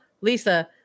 Lisa